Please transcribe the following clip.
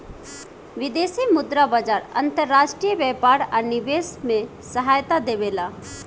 विदेशी मुद्रा बाजार अंतर्राष्ट्रीय व्यापार आ निवेश में सहायता देबेला